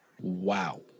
Wow